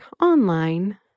online